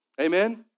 Amen